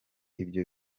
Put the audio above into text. ibyo